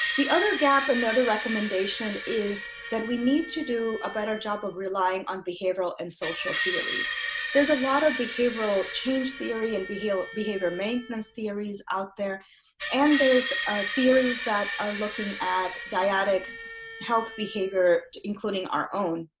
the other gap and other recommendation is that we need to do a better job of relying on behavioral and social theory there's a lot of behavioral change theory and be healed behavior maintenance theories out there and there's theories that are looking at dyadic health behavior including our own